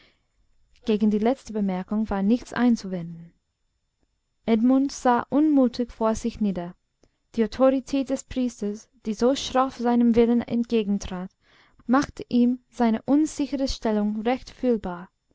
gegen die letzte bemerkung war nichts einzuwenden edmund sah unmutig vor sich nieder die autorität des priesters die so schroff seinem willen entgegentrat machte ihm seine unsichere stellung recht fühlbar